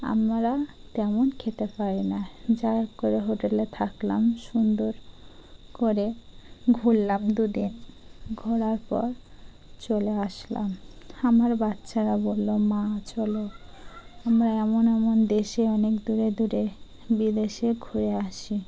আমরা তেমন খেতে পারি না যা করে হোটেলে থাকলাম সুন্দর করে ঘুরলাম দুদিন ঘোরার পর চলে আসলাম আমার বাচ্চারা বললো মা চলো আমরা এমন এমন দেশে অনেক দূরে দূরে বিদেশে ঘুরে আসি